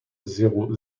zéro